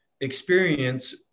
experience